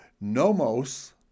Nomos